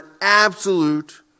absolute